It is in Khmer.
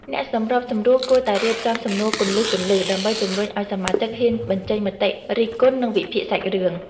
អ្នកសម្របសម្រួលគួរតែរៀបចំសំណួរគន្លឹះៗ ដើម្បីជំរុញឱ្យសមាជិកហ៊ានបញ្ចេញមតិរិះគន់ និងវិភាគសាច់រឿង។